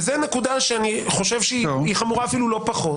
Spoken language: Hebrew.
וזו נקודה שאני חושב שהיא חמורה אפילו לא פחות,